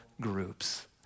groups